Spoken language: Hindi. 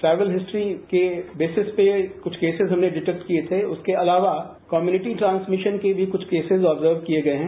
ट्रैवल हिस्ट्री के बेसेस पे कुछ केसेज हमने डिटेक्ट किये थे उसके अलावा कन्युनिटी ट्रांसमिशन के भी कुछ केसेज ऑबजर्ब किये गये हैं